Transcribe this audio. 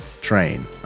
train